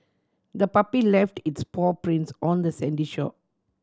the puppy left its paw prints on the sandy shore